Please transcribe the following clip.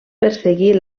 perseguir